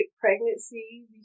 pregnancy